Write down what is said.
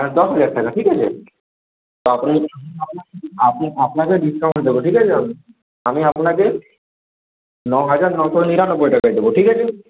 দশ হাজার টাকা ঠিক আছে তো আপনাকে আপনাকে ডিসকাউন্ট দেবো ঠিক আছে আমি আপনাকে ন হাজার নশো নিরানব্বই টাকায় দেবো ঠিক আছে